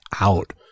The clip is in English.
out